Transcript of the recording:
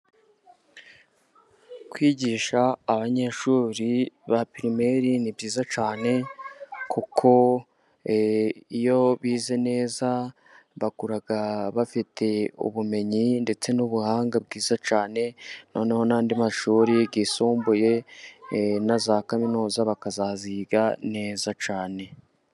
Kwigisha abanyeshuri ba pirimeri ni byiza cyane, kuko iyo bize neza bakura bafite ubumenyi ndetse n'ubuhanga bwiza cyane, noneho n'andi mashuri yisumbuye na za kaminuza bakazayiga neza cyane.